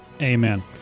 Amen